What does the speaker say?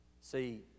See